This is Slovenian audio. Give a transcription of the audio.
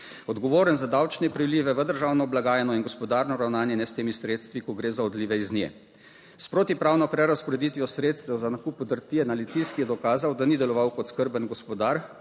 odgovoren za davčne prilive v državno blagajno in gospodarno ravnanje s temi sredstvi, ko gre za odlive iz nje. S protipravno prerazporeditvijo sredstev za nakup podrtije na Litijski je dokazal, da ni deloval kot skrben gospodar,